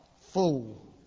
Fool